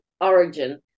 origin